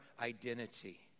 identity